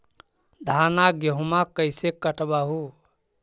धाना, गेहुमा कैसे कटबा हू?